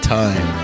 time